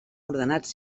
ordenats